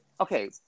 okay